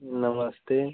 नमस्ते